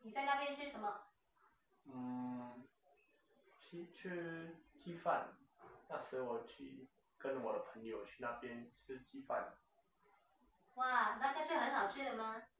mm 去吃鸡饭那时我去跟我朋友去那边吃鸡饭